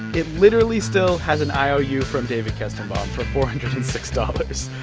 it literally still has an iou from david kestenbaum for four hundred and six dollars,